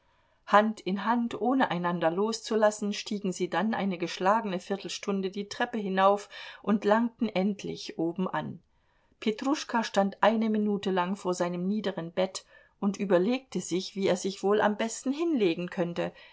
hand in hand ohne einander loszulassen stiegen sie dann eine geschlagene viertelstunde die treppe hinauf und langten endlich oben an petruschka stand eine minute lang vor seinem niederen bett und überlegte sich wie er sich wohl am besten hinlegen könnte